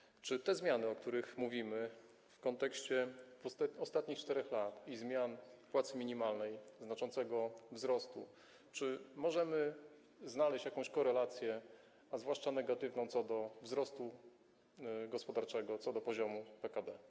Czy jeśli chodzi o te zmiany, o których mówimy w kontekście ostatnich 4 lat i zmian płacy minimalnej, znaczącego wzrostu, możemy znaleźć jakąś korelację, zwłaszcza negatywną, co do wzrostu gospodarczego, co do poziomu PKB?